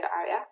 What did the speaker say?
area